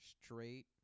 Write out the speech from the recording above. Straight